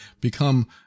become